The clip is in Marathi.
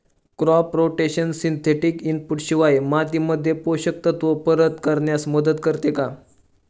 क्रॉप रोटेशन सिंथेटिक इनपुट शिवाय मातीमध्ये पोषक तत्त्व परत करण्यास मदत करते का?